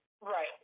Right